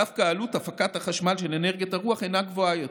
דווקא עלות הפקת החשמל של אנרגיית הרוח אינה גבוהה יותר.